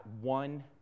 one